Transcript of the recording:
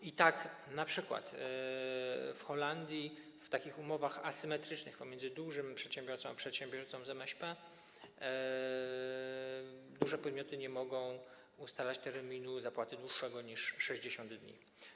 I tak np. w Holandii w takich umowach asymetrycznych pomiędzy dużym przedsiębiorcą a przedsiębiorcą z MŚP duże podmioty nie mogą ustalać terminu zapłaty dłuższego niż 60 dni.